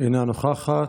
אינה נוכחת.